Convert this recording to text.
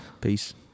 Peace